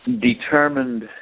determined